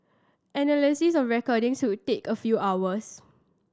analysis of recordings would take a few hours